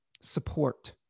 support